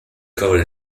covered